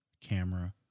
camera